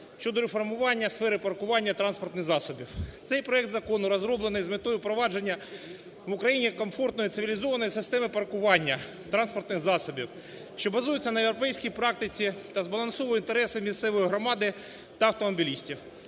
щодо реформування сфери паркування транспортних засобів. Цей проект закону розроблений з метою провадження в Україні комфортної, цивілізованої системи паркування транспортних засобів, що базується на європейській практиці та збалансовує інтереси місцевої громади та автомобілістів.